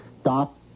Stop